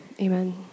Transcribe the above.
amen